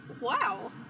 Wow